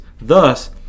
Thus